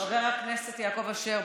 חבר הכנסת יעקב אשר,